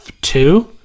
Two